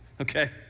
Okay